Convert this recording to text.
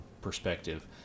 perspective